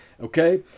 Okay